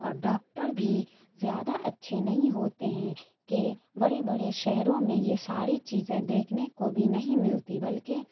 اور ڈاکٹر بھی زیادہ اچھے نہیں ہوتے ہیں کہ بڑے بڑے شہروں میں یہ ساری چیزیں دیکھنے کو بھی نہیں ملتی بلکہ